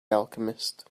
alchemist